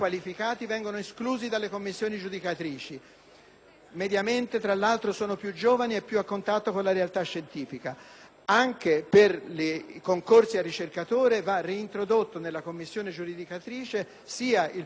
mediamente tali docenti sono più giovani e più a contatto con la realtà scientifica. Anche per i concorsi da ricercatori vanno reintrodotti nella commissione giudicatrice il professore associato e il ricercatore, perché,